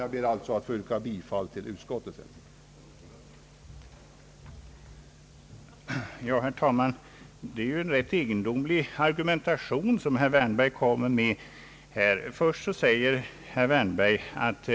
Jag ber alltså att få yrka bifall till utskottets hemställan.